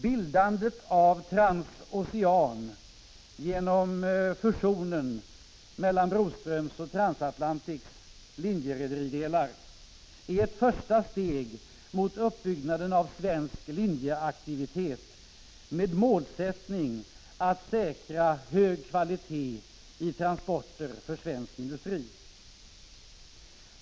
Bildandet av Transocean genom fusion mellan Broströms och Transatlantics linjerederidelar är ett första steg mot uppbyggnaden av svensk linjeaktivitet med målsättningen att säkra hög kvalitet i transporter för svensk industri.